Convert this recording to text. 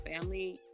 family